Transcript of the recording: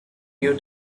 due